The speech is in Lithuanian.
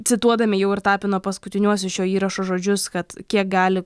cituodami jau ir tapino paskutiniuosius šio įrašo žodžius kad kiek gali